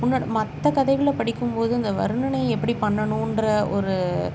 உன்னோடய மற்ற கதைகளை படிக்கும் போது இந்த வர்ணனை எப்படி பண்ணணுன்ற ஒரு